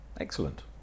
excellent